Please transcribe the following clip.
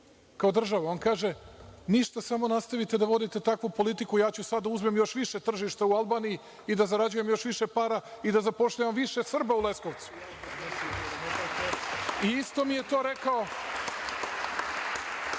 kao država? On kaže, ništa samo nastavite da vodite takvu politiku, ja ću sada da uzmem još više tržišta u Albaniji i da zarađujem još više para i da zapošljavam više Srba u Leskovcu. Isto mi je to rekao